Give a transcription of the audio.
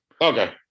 Okay